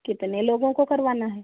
कितने लोगो को करवाना है